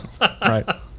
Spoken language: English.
Right